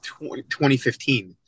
2015